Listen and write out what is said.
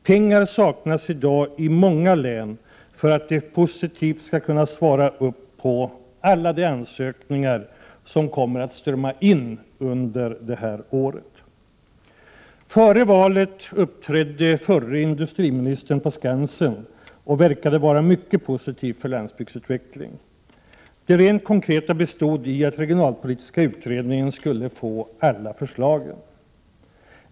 Pengar saknas i dag i många län för att de skall kunna svara positivt på alla de ansökningar som kommer att strömma in under året. Före valet uppträdde förre industriministern på Skansen och verkade vara mycket positiv för landsbygdsutveckling. Det rent konkreta bestod i att den regionalpolitiska utredningen skulle få alla förslagen.